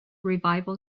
revival